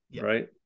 Right